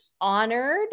honored